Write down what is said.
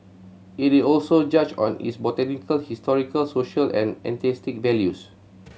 it is also judged on its botanical historical social and aesthetic values